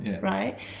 Right